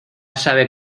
sabe